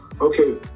okay